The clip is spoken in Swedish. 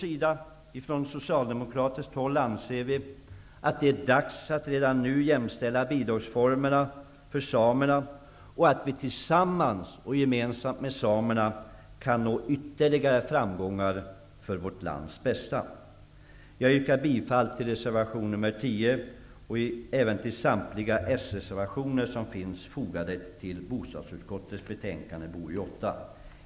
Ifrån socialdemokratiskt håll anser vi att det är dags att redan nu jämställa bidragsformerna för samerna, så att vi tillsammans med samerna kan nå ytterligare framgångar för vårt lands bästa. Jag yrkar bifall till reservation nr 10 och även till samtliga socialdemokratiska reservationer som är fogade till bostadsutskottets betänkande BoU8.